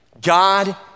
God